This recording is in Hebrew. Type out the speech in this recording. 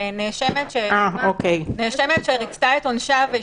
נאשמת שריצתה את עונשה ו --- לא,